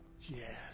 Yes